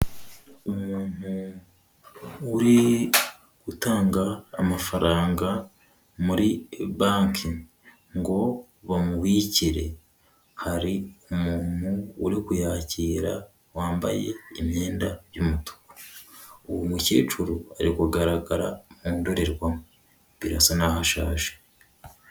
Umuntu uri gutanga amafaranga muri Bank ngo bamubikire. Hari umuntu uri kuyakira wambaye imyenda y'umutuku. Uwo mukecuru ari kugaragara mu ndorerwamo birasa naho ashaje.